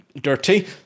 Dirty